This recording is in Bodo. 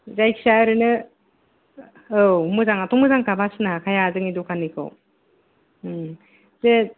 जायखिजाया ओरैनो औ मोजांयाथ' मोजां खा बासिनो हाखाया जोंनि दखाननिखौ बेे